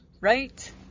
Right